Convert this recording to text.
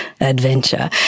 adventure